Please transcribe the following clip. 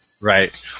Right